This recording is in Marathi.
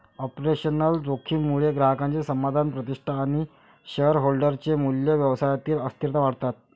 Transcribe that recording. ऑपरेशनल जोखीम मुळे ग्राहकांचे समाधान, प्रतिष्ठा आणि शेअरहोल्डर चे मूल्य, व्यवसायातील अस्थिरता वाढतात